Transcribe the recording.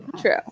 True